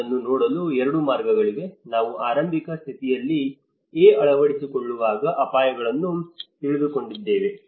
ಅದನ್ನು ನೋಡಲು 2 ಮಾರ್ಗಗಳಿವೆ ನಾವು ಆರಂಭಿಕ ಸ್ಥಿತಿಯಲ್ಲಿ A ಅಳವಡಿಸಿಕೊಳ್ಳುವಾಗ ಅಪಾಯಗಳನ್ನು ತಿಳಿದುಕೊಂಡಿದ್ದಾರೆ